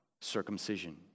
circumcision